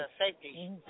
Safety